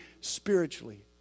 spiritually